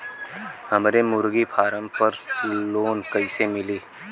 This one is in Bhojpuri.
हमरे मुर्गी फार्म पर लोन कइसे मिली?